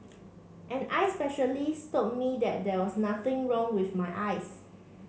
an eye specialist told me that there was nothing wrong with my eyes